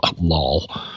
Lol